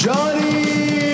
Johnny